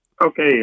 okay